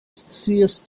scias